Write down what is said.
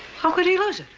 how could he lose it?